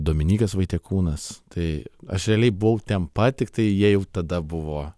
dominykas vaitiekūnas tai aš realiai buvau ten pat tiktai jie jau tada buvo